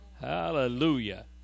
hallelujah